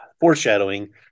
foreshadowing